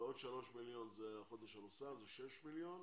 עוד 3 מיליון זה החודש הנוסף זה 6 מיליון,